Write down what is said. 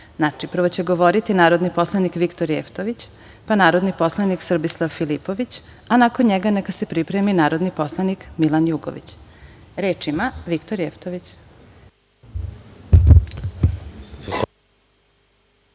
znaju. Znači, prvo će govoriti narodni poslanik Viktor Jevtović, pa narodni poslanik Srbislav Filipović, a nakon njega neka se pripremi narodni poslanik Milan Jugović. Reč ima narodni